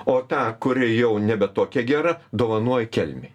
o tą kuri jau nebe tokia gera dovanoj kelmei